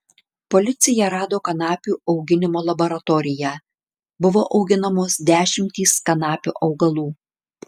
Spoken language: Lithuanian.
policija rado kanapių auginimo laboratoriją buvo auginamos dešimtys kanapių augalų